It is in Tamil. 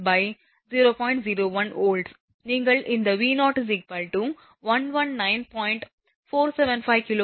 01 வோல்ட்ஸ் நீங்கள் இந்த V0 119